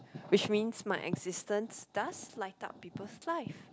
which means my existence does light up peoples' life